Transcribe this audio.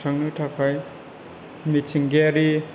थांनो थाखाय मिथिंगायारि